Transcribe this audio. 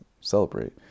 celebrate